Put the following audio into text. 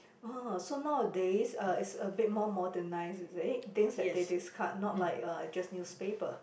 oh so nowadays uh it's a bit more modernized is it things that they discard not like uh just newspaper